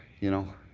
you know,